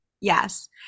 Yes